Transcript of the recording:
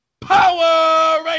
Power